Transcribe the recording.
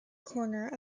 corner